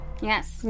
Yes